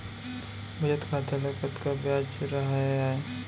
बचत खाता ल कतका ब्याज राहय आय?